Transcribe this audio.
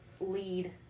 lead